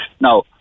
Now